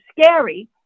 scary